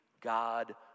God